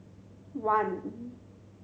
one